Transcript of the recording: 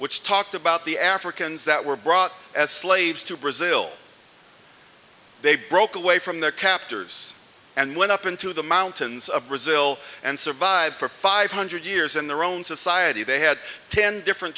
talked about the africans that were brought as slaves to brazil they broke away from their captors and went up into the mountains of brazil and survived for five hundred years in their own society they had ten different